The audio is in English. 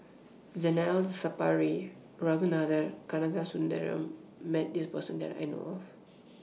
Zainal Sapari and Ragunathar Kanagasuntheram has Met This Person that I know of